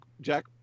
Jack